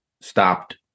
stopped